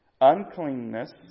uncleanness